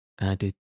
added